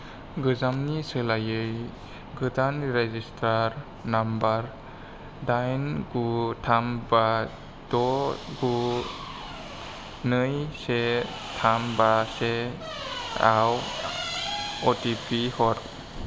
गोजामनि सोलायै गोदान रेजिस्टार नाम्बार दाइन गु थाम बा द' गु नै से थाम बा सेयाव अटिपि हर